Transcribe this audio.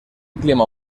clima